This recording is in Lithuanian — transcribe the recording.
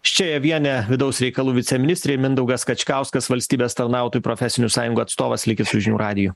ščejavienė vidaus reikalų viceministrė mindaugas kačkauskas valstybės tarnautojų profesinių sąjungų atstovas likit su žinių radiju